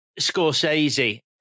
Scorsese